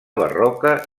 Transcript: barroca